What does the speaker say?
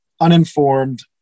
uninformed